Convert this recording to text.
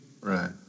Right